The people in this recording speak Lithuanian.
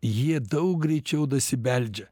jie daug greičiau dasibeldžia